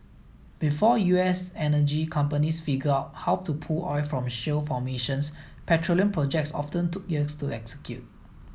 before U S energy companies figured out how to pull oil from shale formations petroleum projects often took years to execute